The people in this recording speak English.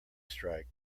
strike